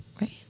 Right